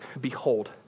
Behold